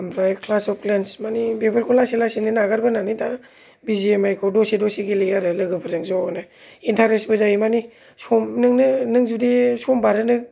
आमफ्राय क्लेस अफ क्लेन्स माने बेफोरखौ लासै लासैनो नागारबोनानै दा बि जि एम आइ खौ दसे दसे गेलेयो आरो लोगोफोरजों ज' नो इन्टारेस्टबो जायो माने सम नोंनो नों जुदि सम बारहोनो